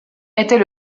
était